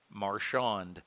Marshawned